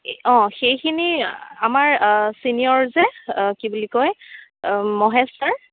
অঁ সেইখিনি আমাৰ ছিনিয়ৰ যে কি বুলি কয় মহেশ চাৰ